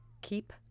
Keep